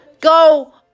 Go